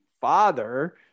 father